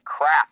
crap